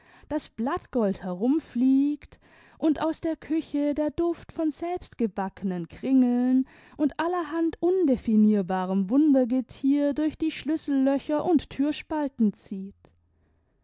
das blattgold herumfliegt und aus der küche der duft von selbstgebackenen kringeln und allerhand undefinierbarem wundergetier durch die schlüssellöcher und thürspalten zieht